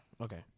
Okay